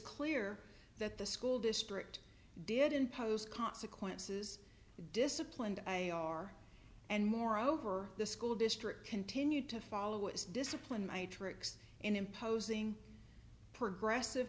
clear that the school district did impose consequences disciplined i r and moreover the school district continued to follow its discipline matrix and imposing progressive